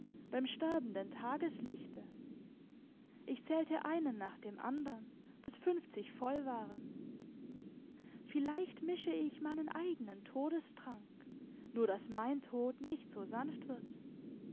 beim sterbenden tageslichte ich zählte einen nach dem andern bis fünfzig voll waren vielleicht mische ich meinen eigenen todestrank nur daß mein tod nicht so sanft wird